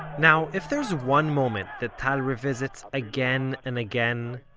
now, if there's one moment that tal revisits again and again,